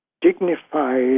dignified